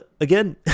again